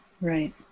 Right